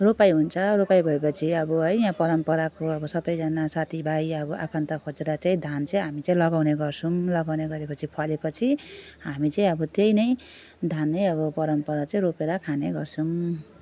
रोपाइँ हुन्छ रोपाइँ भयो पछि अब है यहाँ परम्पराको अब सबजना साथी भाइ अब आफन्त खोजेर चाहिँ धान चाहिँ हामी चाहिँ लगाउने गर्छौँ लगाउने गरे पछि फले पछि हामी चाहिँ अब त्यही नै धान अब परम्परा चाहिँ रोपेर खाने गर्छौँ